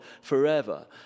forever